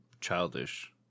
childish